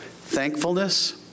Thankfulness